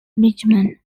bridgeman